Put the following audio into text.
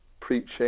preaching